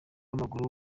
w’amaguru